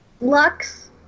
Lux